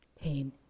pain